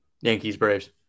Yankees-Braves